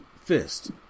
Fist